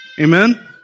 Amen